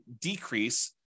decrease